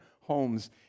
homes